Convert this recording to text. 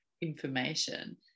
information